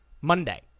Monday